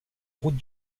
route